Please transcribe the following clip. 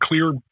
clear